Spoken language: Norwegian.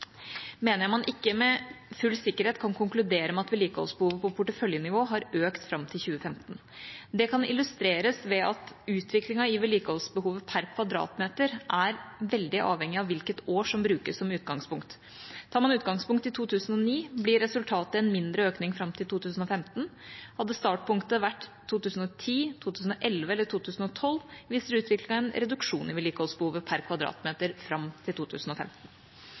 mener jeg man ikke med full sikkerhet kan konkludere med at vedlikeholdsbehovet på porteføljenivå har økt fram til 2015. Det kan illustreres ved at utviklingen i vedlikeholdsbehovet per kvadratmeter er veldig avhengig av hvilket år som brukes som utgangspunkt. Tar man utgangspunkt i 2009, blir resultatet en mindre økning fram til 2015. Hadde startpunktet vært 2010, 2011 eller 2012, viser utviklingen en reduksjon i vedlikeholdsbehovet per kvadratmeter fram til 2015.